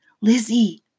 Lizzie